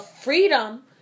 freedom